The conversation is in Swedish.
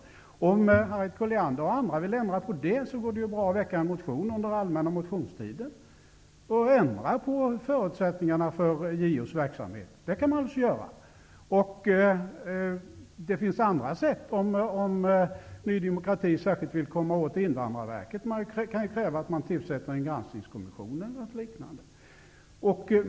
Om Harriet Colliander och andra vill ändra på det, går det bra att väcka en motion under allmänna motionstiden och föreslå ändrade förutsättningar för JO:s verksamhet. Det finns också andra sätt. Om Ny demokrati särskilt vill komma åt Invandrarverket kan man kräva att det tillsätts en granskningskommission eller liknande.